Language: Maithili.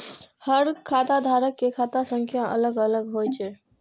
हर खाता धारक के खाता संख्या अलग अलग होइ छै